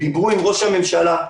דיברו עם ראש הממשלה,